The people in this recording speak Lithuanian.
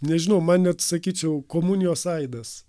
nežinau man net sakyčiau komunijos aidas